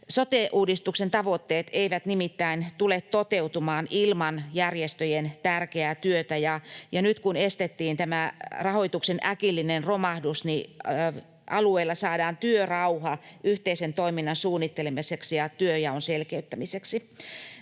Sote-uudistuksen tavoitteet eivät nimittäin tule toteutumaan ilman järjestöjen tärkeää työtä, ja nyt kun estettiin tämä rahoituksen äkillinen romahdus, niin alueilla saadaan työrauha yhteisen toiminnan suunnittelemiseksi ja työnjaon selkeyttämiseksi.